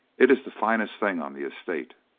it is the finest thing on the estate,